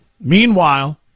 Meanwhile